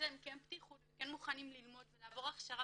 להם פתיחות ומוכנים ללמוד ולעבור הכשרה